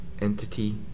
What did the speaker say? Entity